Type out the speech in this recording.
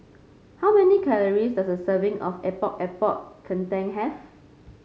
how many calories does a serving of Epok Epok Kentang have